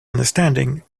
understanding